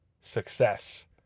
success